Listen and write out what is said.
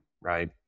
right